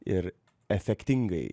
ir efektingai